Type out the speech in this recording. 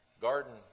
garden